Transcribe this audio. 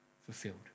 fulfilled